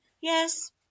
yes